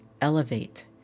elevate